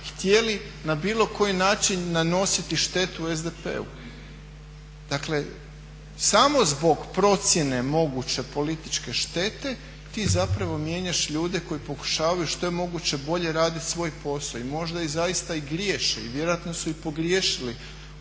htjeli na bilo koji način nanositi štetu SDP-u. Dakle samo zbog procjene moguće političke štete ti zapravo mijenjaš ljude koji pokušavaju što je moguće bolje raditi svoj posao i možda i zaista i griješe i vjerojatno su i pogriješili